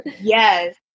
Yes